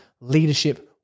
leadership